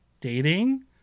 dating